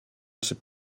czy